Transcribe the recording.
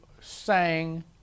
sang